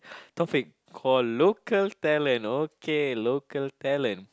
topic call local talent okay local talent